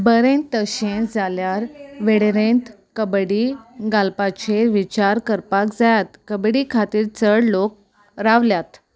बरें तशें जाल्यार वेळेरेंत कबड्डी घालपाचे विचार करपाक जाय कबड्डी खातीर चड लोक रावल्यात